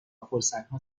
فرصتها